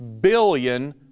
billion